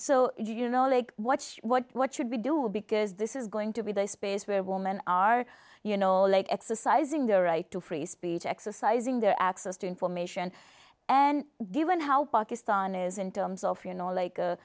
so you know like what what what should be doing because this is going to be the space where women are you know like exercising their right to free speech exercising their access to information and given how pakistan is in terms of you know like